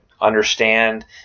understand